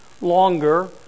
longer